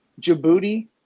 Djibouti